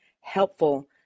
helpful